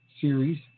series